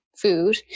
food